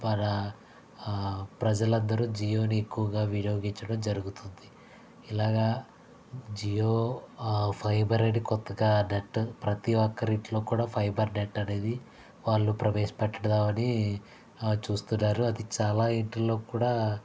పరా ప్రజలందరూ జియో నీ ఎక్కువగా వినియోగించడం జరుగుతుంది ఇలాగా జియో ఫైబర్ అనేది కొత్తగా నెట్ ప్రతి ఒక్కరి ఇంట్లో కూడా ఫైబర్ నెట్ అనేది వాళ్ళు ప్రవేశ పెట్టదామని చూస్తున్నారు అది చాలా ఇంటిలో కూడా